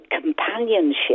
companionship